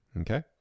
Okay